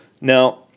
Now